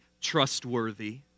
trustworthy